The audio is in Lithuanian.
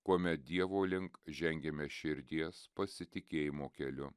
kuomet dievo link žengiame širdies pasitikėjimo keliu